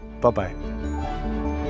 Bye-bye